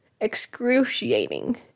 excruciating